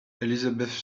elizabeth